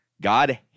God